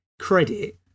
Credit